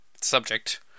subject